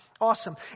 Awesome